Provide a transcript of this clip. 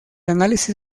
análisis